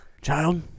Child